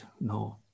no